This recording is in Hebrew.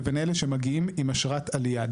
לבין אלה שמגיעים עם אשרת עלייה.